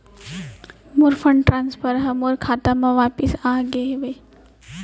मोर fund transfer हा मोर खाता मा वापिस आ गे हवे